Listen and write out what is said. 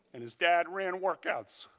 and his dad ran workouts.